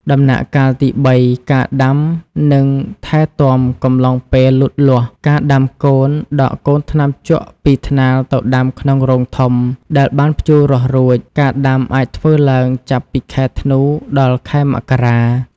ដំណាក់កាលទី ៣ ការដាំ និងថែទាំកំឡុងពេលលូតលាស់ ការដាំកូន ដកកូនថ្នាំជក់ពីថ្នាលទៅដាំក្នុងរងធំដែលបានភ្ជួររាស់រួច ការដាំអាចធ្វើឡើងចាប់ពីខែធ្នូដល់ខែមករា។